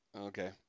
Okay